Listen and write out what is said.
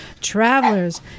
Travelers